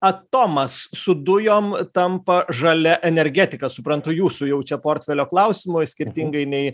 atomas su dujom tampa žalia energetika suprantu jūsų jau čia portfelio klausimas skirtingai nei